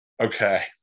Okay